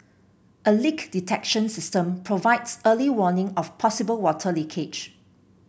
a leak detection system provides early warning of possible water leakage